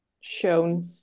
shown